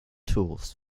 tools